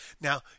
Now